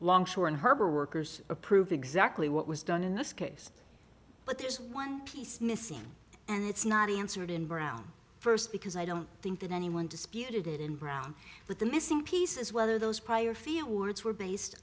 longshore and harbor workers approve exactly what was done in this case but there's one piece missing and it's not answered in brown first because i don't think that anyone disputed it in brown but the missing piece is whether those prior fiords were based